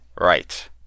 Right